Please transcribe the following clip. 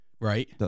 Right